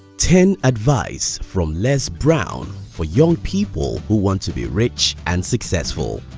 ten advice from les brown for young people who want to be rich and successful